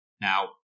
Now